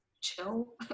chill